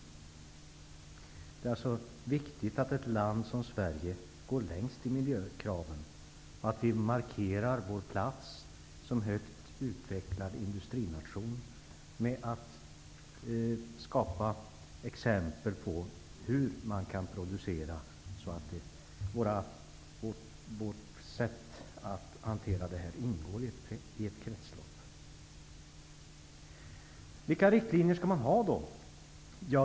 Det är alltså viktigt att ett land som Sverige går längst när det gäller miljökraven och att vi markerar vår plats som en högt utvecklad industrination genom att skapa exempel på hur man kan producera så att hanteringen ingår i ett kretslopp. Vilka riktlinjer skall man då ha?